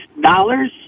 dollars